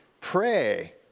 pray